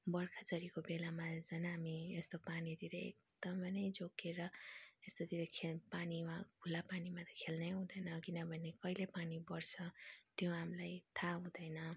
बर्खा झरीको बेलामा झन् हामी यस्तो पानीतिर एकदमै नै जोगिएर यस्तोतिर खे पानीमा खुल्ला पानीमा त खेल्नै हुँदैन किनभने कहिले पानी पर्छ त्यो हामीलाई थाहा हुँदैन